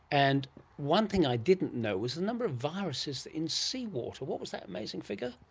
and one thing i didn't know was the number of viruses in sea water. what was that amazing figure?